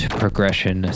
progression